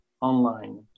online